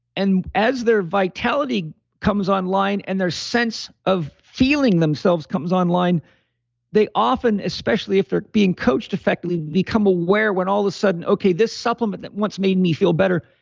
and as their vitality comes online, and their sense of feeling themselves comes online they often, especially if they're being coached effectively, become aware when all of a sudden, okay, this supplement that once made me feel better,